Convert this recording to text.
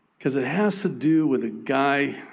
because it has to do with a guy